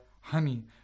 honey